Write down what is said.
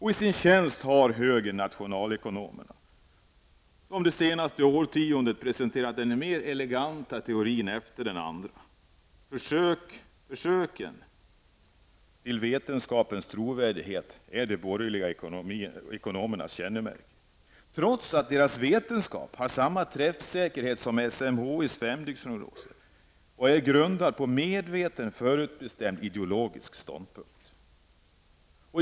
I sin tjänst har högern nationalekonomerna, som det senaste årtiondet presenterat ekonomiska teorier; den ena mer elegant än den andra. Försöken att åstadkomma vetenskaplig trovärdighet är de borgerliga ekonomernas kännemärke. Men deras vetenskap kännetecknas av samma träffsäkerhet som SMHIs femdygnsprognoser och är grundad på medvetna förutbestämda ideologiska ståndpunkter.